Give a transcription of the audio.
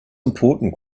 important